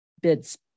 bids